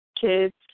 kids